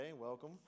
welcome